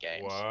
games